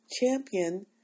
champion